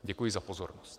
Děkuji za pozornost.